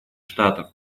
штатов